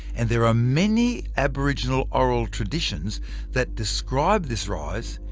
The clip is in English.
and there are many aboriginal oral traditions that describe this rise,